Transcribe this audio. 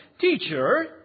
teacher